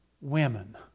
women